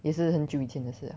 也是很久以前的事 liao